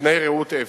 ותנאי ראות אפס.